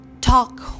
talk